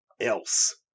else